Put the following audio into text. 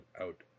out